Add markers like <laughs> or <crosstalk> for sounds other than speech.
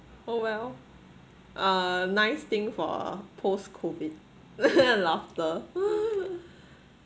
oh well uh nice thing for post-COVID <laughs> laughter